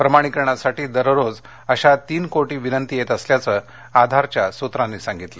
प्रमाणीकरणासाठी दररोज अशा तीन कोटी विनंती येत असल्याचं आधारच्या सूत्रांनी सांगितलं